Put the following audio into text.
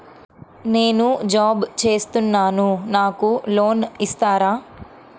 నేను జాబ్ చేస్తున్నాను నాకు లోన్ ఇస్తారా?